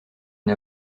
une